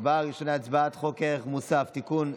הצעת חוק מס ערך מוסף (תיקון,